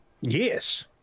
Yes